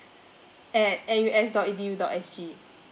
at N U S dot E D U dot S G